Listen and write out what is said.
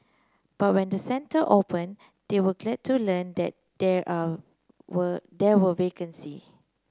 but when the centre opened they were glad to learn that there are were there were vacancy